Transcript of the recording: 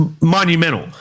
monumental